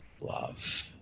love